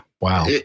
Wow